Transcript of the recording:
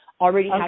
already